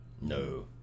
No